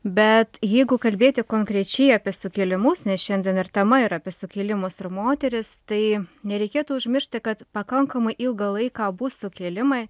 bet jeigu kalbėti konkrečiai apie sukilimus nes šiandien ir tema yra apie sukilimus ir moteris tai nereikėtų užmiršti kad pakankamai ilgą laiką abu sukilimai